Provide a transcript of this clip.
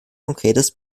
konkretes